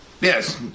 Yes